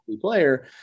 player